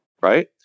right